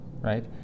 right